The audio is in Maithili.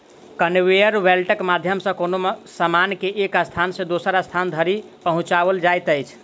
कन्वेयर बेल्टक माध्यम सॅ कोनो सामान के एक स्थान सॅ दोसर स्थान धरि पहुँचाओल जाइत अछि